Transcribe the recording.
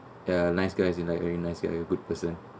ya nice guy as in like very nice guy a good person